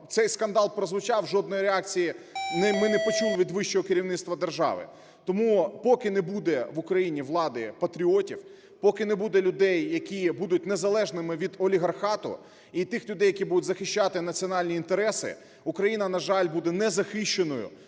цей скандал прозвучав і жодної реакції ми не почули від вищого керівництва держави. Тому, поки не буде в Україні влади патріотів, поки не буде людей, які будуть незалежними від олігархату і тих людей, які будуть захищати національні інтереси, Україна, на жаль, буде незахищеною